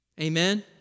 Amen